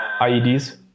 IEDs